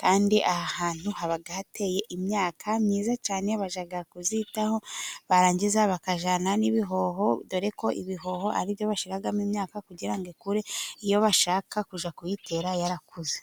Kandi aha hantu haba hateye imyaka myiza cyane, bajya kuzitaho, barangiza bakajyana n'ibihoho, dore ko ibihoho ari byo bashiramo imyaka, kugira ngo ikure iyo bashaka kuzajya kuyitera yarakuze.